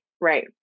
right